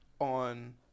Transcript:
on